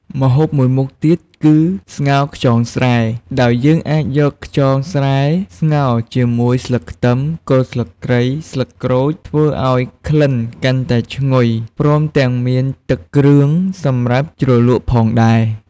ម្ហូបមួយមុខទៀតគឺស្ងោរខ្យងស្រែ ដោយយើងអាចយកខ្យងស្រែស្ងោរជាមួយស្លឹកខ្ទឹម គល់ស្លឹកគ្រៃ ស្លឹកក្រូច ធ្វើឱ្យក្លិនកាន់តែឈ្ងុយ ព្រមទាំងមានទឹកគ្រឿងសម្រាប់ជ្រលក់ផងដែរ។